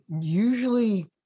usually